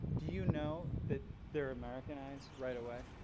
do you know that they're americanized right away?